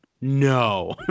no